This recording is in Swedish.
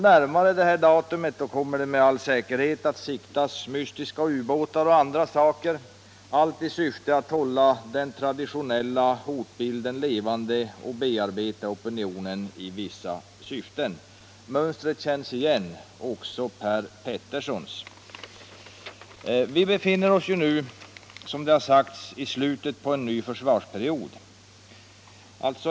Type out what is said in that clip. Närmare detta datum kommer det med all säkerhet att siktas mystiska ubåtar och andra saker, allt för att hålla den traditionella hotbilden levande och bearbeta opinionen i vissa syften. Mönstret känns igen, också Per Peterssons. Vi befinner oss nu, som det har sagts, i slutet av en försvarsperiod.